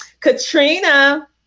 katrina